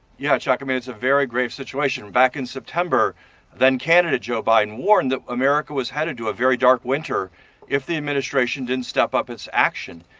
yeah, chuck, i mean it's a very grave situation. back in september then-candidate joe biden warned america was headed to a very dark winter if the administration didn't step up its action.